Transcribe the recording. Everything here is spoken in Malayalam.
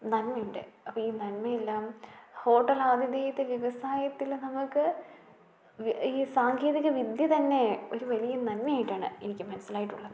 നന്മയുണ്ട് അപ്പം ഈ നന്മയെല്ലാം ഹോട്ടൽ ആതിഥേയത്തെ വ്യവസായത്തിൽ നമുക്ക് ഈ സാങ്കേതിക വിദ്യ തന്നെ ഒരു വലിയ നന്മയായിട്ടാണ് എനിക്ക് മനസ്സിലായിട്ടുള്ളത്